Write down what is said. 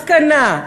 מסקנה: